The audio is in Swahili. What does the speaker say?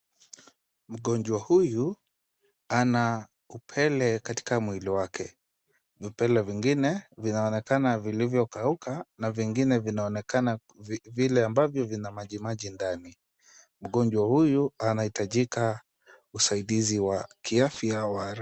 Mgonjwa huyu ana upele katika mwili wake. Vipele vingine vinaonekana vilivyo kauka na vingine vinaonekana vile ambavyo vina majimaji ndani. Mgonjwa huyu anahitajika usaidizi wa kiafya wa haraka.